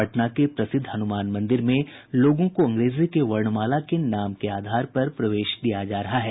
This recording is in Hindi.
पटना के प्रसिद्ध हनुमान मंदिर में लोगों को अंग्रेजी के वर्णमाला के नाम के आधार पर प्रवेश दिया जा रहा है